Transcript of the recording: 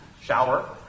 shower